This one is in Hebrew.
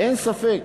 אין ספק,